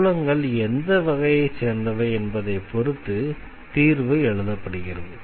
மூலங்கள் எந்த வகையைச் சேர்ந்தவை என்பதை பொறுத்து தீர்வு எழுதப்படுகிறது